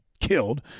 killed